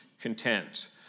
content